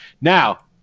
now